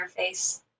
Interface